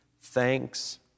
thanks